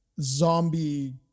zombie